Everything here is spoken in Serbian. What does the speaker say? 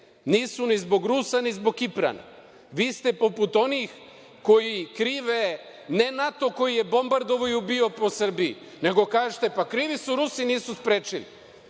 nisu ni zbog Rusa, ni zbog Kiprana. Vi ste poput onih koji krive ne NATO koji bombardovao i ubijao po Srbiji, nego kažete – krivi su Rusi, nisu sprečili.